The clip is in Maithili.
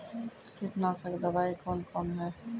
कीटनासक दवाई कौन कौन हैं?